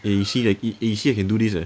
eh you see the eh you see I can do this leh